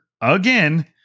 again